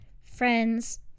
friends